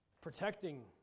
protecting